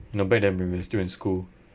you know back then when we were still in school